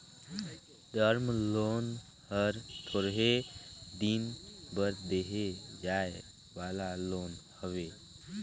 term loan हर थोरहें दिन बर देहे जाए वाला लोन हवे